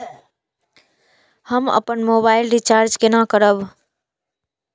हम अपन mobile recharge केना करब?